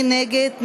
מי נגד?